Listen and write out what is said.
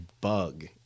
Bug